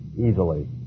easily